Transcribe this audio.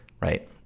Right